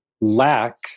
lack